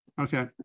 Okay